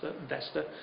investor